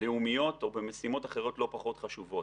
לאומיות או במשימות אחרות לא פחות חשובות.